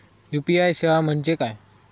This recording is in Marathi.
यू.पी.आय सेवा म्हणजे काय?